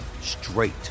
straight